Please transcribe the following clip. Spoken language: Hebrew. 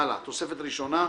הלאה, תוספת ראשונה.